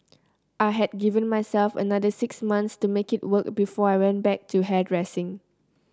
I had given myself another six months to make it work before I went back to hairdressing